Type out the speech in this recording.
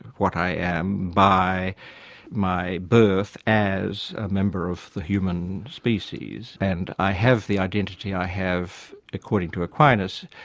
what i am, by my birth as a member of the human species, and i have the identity i have, according to aquinas,